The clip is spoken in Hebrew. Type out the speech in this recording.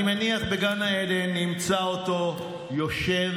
אני מניח שבגן העדן נמצא אותו יושב,